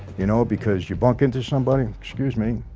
you know because you bump into somebody excuse me,